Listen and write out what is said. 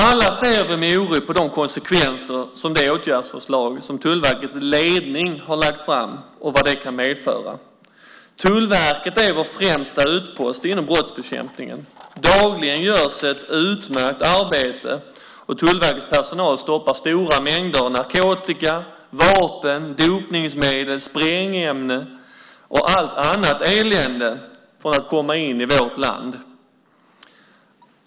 Alla ser vi med oro på de konsekvenser som det åtgärdsförslag som Tullverkets ledning har lagt fram kan medföra. Tullverket är vår främsta utpost inom brottsbekämpningen. Dagligen görs det ett utmärkt arbete, och Tullverkets personal stoppar stora mängder narkotika, vapen, dopningsmedel, sprängämnen och allt annat elände från att komma in i vårt land.